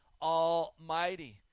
Almighty